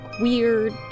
weird